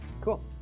Cool